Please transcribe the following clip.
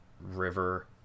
river